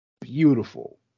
Beautiful